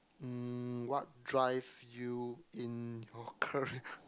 mm what drive you in your career